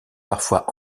parfois